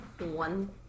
one